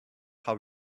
how